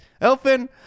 elfin